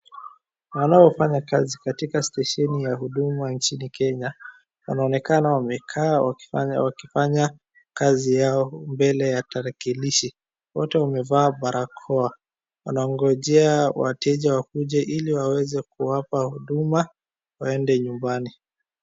Wanaofanya kazi katika stesheni ya Huduma nchini Kenya, wanaonekana wamekaa wakifanya, wakifanya kazi yao mbele ya tarakilishi. Wote wamevaa barakoa. Wanaongojea wateja wakuje ili waweze kuwapa huduma, waende nyumbani.